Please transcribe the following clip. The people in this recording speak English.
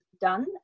done